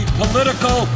political